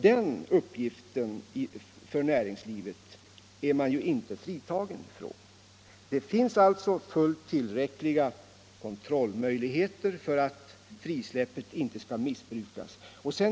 Den uppgiften är näringslivet ju inte fritaget från. Det finns alltså fullt tillräckliga kontrollmöjligheter för att frisläppet inte skall missbrukas.